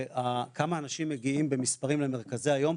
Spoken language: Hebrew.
כמה אנשים מגיעים במספרים למרכזי היום,